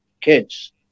kids